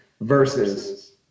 versus